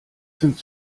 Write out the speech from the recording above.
sind